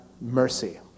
mercy